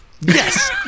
yes